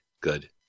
good